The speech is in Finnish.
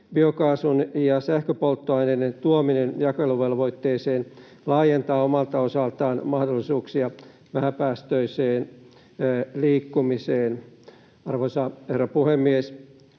Biokaasun ja sähköpolttoaineiden tuominen jakeluvelvoitteeseen laajentaa omalta osaltaan mahdollisuuksia vähäpäästöiseen liikkumiseen. Arvoisa herra puhemies!